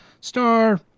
star